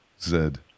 Zed